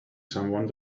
someone